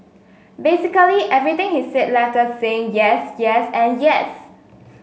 basically everything he said left us saying yes yes and yes